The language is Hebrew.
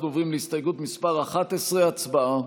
אנחנו עוברים להסתייגות מס' 11. הצבעה.